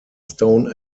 stone